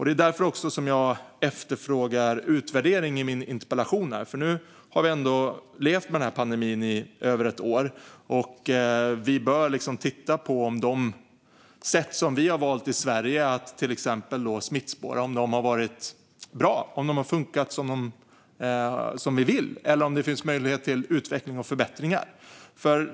Det är också därför som jag efterfrågar utvärdering i min interpellation. Nu har vi ändå levt med den här pandemin i över ett år. Vi bör titta på om de sätt som vi har valt i Sverige att till exempel smittspåra på har varit bra, om de fungerat som vi vill eller om det finns möjlighet till utveckling och förbättringar.